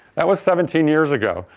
that was seventeen years ago.